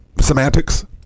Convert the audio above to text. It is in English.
semantics